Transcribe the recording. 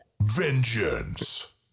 Vengeance